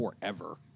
forever